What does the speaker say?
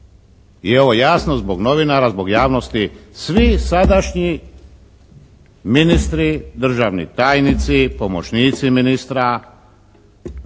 i ovo jasno zbog novinara, zbog javnosti svi sadašnji ministri, državni tajnici, pomoćnici ministra,